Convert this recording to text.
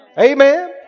Amen